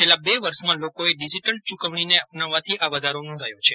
છેલ્લા બે વર્ષમાં લોકોએ ડીજીટલ ચુકવણીને અપનાવવાથી આ વધારો નોંધાયો છે